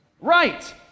Right